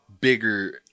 bigger